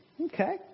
Okay